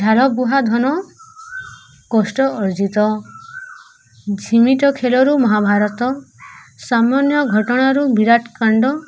ଝାଳ ବୁହା ଧନ କଷ୍ଟ ଅର୍ଜିତ ଝିମିଟ ଖେଳରୁ ମହାଭାରତ ସାମନ୍ୟ ଘଟଣାରୁ ବିରାଟ କାଣ୍ଡ